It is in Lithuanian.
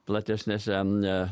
platesnėse ne